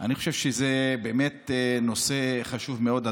אני חושב שזה באמת נושא חשוב מאוד,